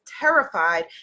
terrified